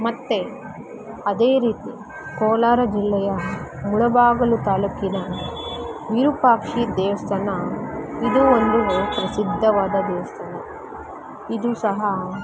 ಮತ್ತು ಅದೇ ರೀತಿ ಕೋಲಾರ ಜಿಲ್ಲೆಯ ಮುಳಬಾಗಿಲು ತಾಲೂಕಿನ ವಿರೂಪಾಕ್ಷ ದೇವಸ್ಥಾನ ಇದೂ ಒಂದು ಪ್ರಸಿದ್ಧವಾದ ದೇವಸ್ಥಾನ ಇದೂ ಸಹ